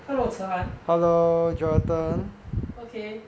hello cheng an okay